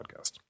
podcast